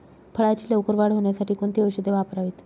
फळाची लवकर वाढ होण्यासाठी कोणती औषधे वापरावीत?